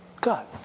God